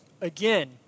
again